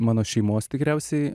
mano šeimos tikriausiai